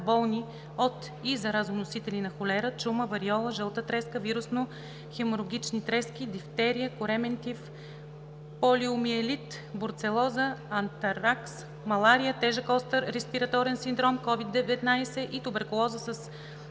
болни от и заразоносители на холера, чума, вариола, жълта треска, вирусни хеморагични трески, дифтерия, коремен тиф, полиомиелит, бруцелоза, антракс, малария, тежък остър респираторен синдром, COVID-19 и туберкулоза с